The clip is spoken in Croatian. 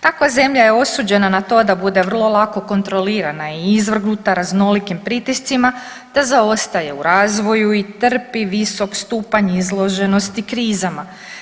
Takva zemlja je osuđena na to bude vrlo lako kontrolirana i izvrgnuta raznolikim pritiscima te zaostaje u razvoju i trpi visok stupanj izloženosti krizama.